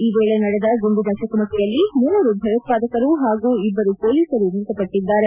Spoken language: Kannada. ಈ ವೇಳೆ ನಡೆದ ಗುಂಡಿನ ಚಕಮಕಿಯಲ್ಲಿ ಮೂವರು ಭಯೋತ್ವಾದಕರು ಹಾಗೂ ಇಬ್ಬರು ಪೊಲೀಸರು ಮ್ವತಪಟ್ಟಿದ್ದಾರೆ